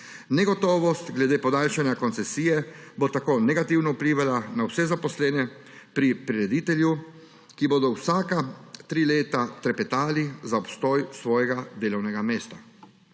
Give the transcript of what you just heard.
Negotovost glede podaljšanja koncesije bo tako negativno vplivala na vse zaposlene pri prireditelju, ki bodo vsaka tri leta trepetali za obstoj svojega delovnega mesta.